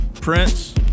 Prince